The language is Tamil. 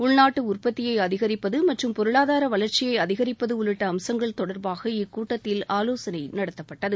உள்நாட்டு உற்பத்தியை அதிகரிப்பது மற்றும் பொருளாதார வளர்ச்சியை அதிகரிப்பது உள்ளிட்ட அம்சங்கள் தொடர்பாக இக்கூட்டத்தில் ஆலோசனை நடத்தப்பட்டது